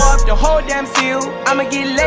the whole damn seal, i'ma get